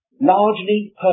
largely